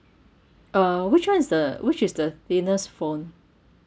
uh which [one] is the which is the thinnest phone